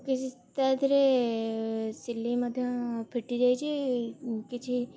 କିଛି ତାଥିରେ ସିଲେଇ ମଧ୍ୟ ଫିଟି ଯାଇଛି କିଛି